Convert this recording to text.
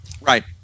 Right